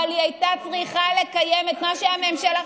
אבל היא הייתה צריכה לקיים את מה שהממשלה,